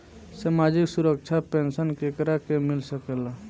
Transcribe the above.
सामाजिक सुरक्षा पेंसन केकरा के मिल सकेला?